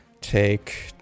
take